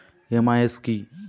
MIS কি?